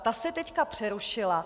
Ta se teď přerušila.